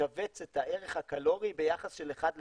מכווץ את הערך הקלורי ביחס של 1 ל-600.